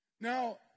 Now